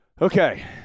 Okay